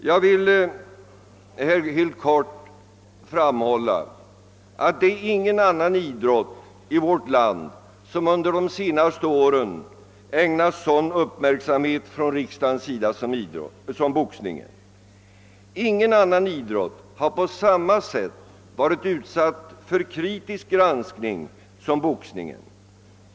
Jag vill helt kort framhålla att ingen annan idrott i vårt land under de senaste åren har ägnats sådan uppmärksamhet av riksdagen som boxningen. Ingen annan idrott har på samma sätt varit utsatt för kritisk granskning.